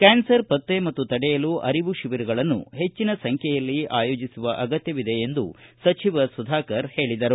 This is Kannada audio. ಕ್ಯಾನ್ಸರ್ ಪಕ್ತೆ ಮತ್ತು ತಡೆಯಲು ಅರಿವು ಶಿಬಿರಗಳನ್ನು ಹೆಚ್ಚಿನ ಸಂಖ್ಯೆಯಲ್ಲಿ ಆಯೋಜಿಸುವ ಅಗತ್ಯವಿದೆ ಎಂದು ಸಚಿವ ಸುಧಾಕರ ಹೇಳಿದರು